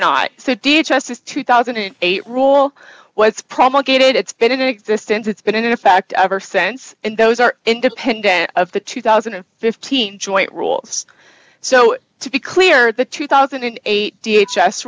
this two thousand and eight rule what's probably gated it's been in existence it's been in effect ever since and those are independent of the two thousand and fifteen joint rules so to be clear the two thousand and eight d h s